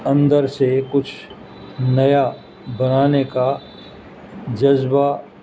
اندر سے کچھ نیا بنانے کا جذبہ